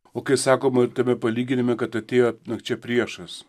o kai sakoma tame palyginime kad atėjo nakčia priešas